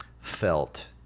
felt